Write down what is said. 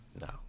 no